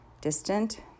distant